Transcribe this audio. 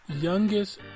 youngest